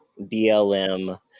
BLM